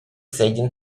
seigien